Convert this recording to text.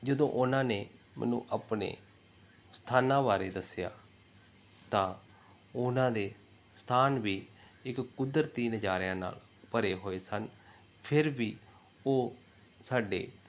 ਜਦੋਂ ਉਹਨਾਂ ਨੇ ਮੈਨੂੰ ਆਪਣੇ ਸਥਾਨਾਂ ਬਾਰੇ ਦੱਸਿਆ ਤਾਂ ਉਹਨਾਂ ਦੇ ਸਥਾਨ ਵੀ ਇੱਕ ਕੁਦਰਤੀ ਨਜ਼ਾਰਿਆਂ ਨਾਲ ਭਰੇ ਹੋਏ ਸਨ ਫਿਰ ਵੀ ਉਹ ਸਾਡੇ